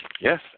Yes